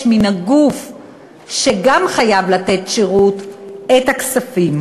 מן הגוף שחייב לתת שירות את הכספים.